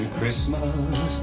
Christmas